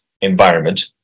environment